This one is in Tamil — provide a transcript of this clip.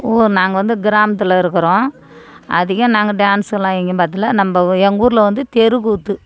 ஊர் நாங்கள் வந்து கிராமத்தில் இருக்கிறோம் அதிகம் நாங்கள் டேன்ஸ் எல்லாம் எங்கேயும் பார்த்தது இல்லை நம்ம எங்கள் ஊரில் வந்து தெருக்கூத்து